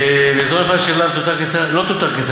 זה מה שאני אומר: באזור נפרד שאליו לא תותר הכניסה